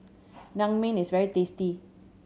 naengmyeon is very tasty